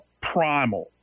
primal